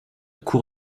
cour